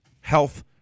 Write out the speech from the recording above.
Health